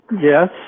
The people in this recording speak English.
Yes